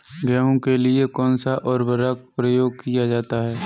गेहूँ के लिए कौनसा उर्वरक प्रयोग किया जाता है?